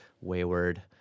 wayward